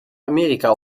amerika